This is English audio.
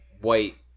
white